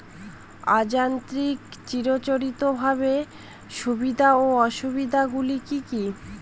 অযান্ত্রিক চিরাচরিতভাবে সুবিধা ও অসুবিধা গুলি কি কি?